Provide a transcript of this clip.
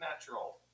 Natural